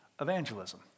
evangelism